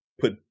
put